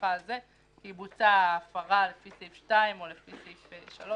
ההוכחה הזה כי בוצעה הפרה לפי סעיף 2 או לפי סעיף 3,